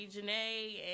Janae